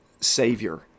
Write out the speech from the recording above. savior